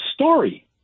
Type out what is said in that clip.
story